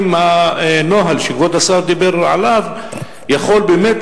האם הנוהל שכבוד השר דיבר עליו יכול באמת